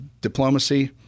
diplomacy